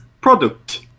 Product